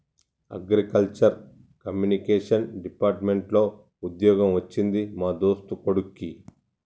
agriculture communication department లో వుద్యోగం వచ్చింది మా దోస్తు కొడిక్కి